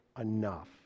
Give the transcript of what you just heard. enough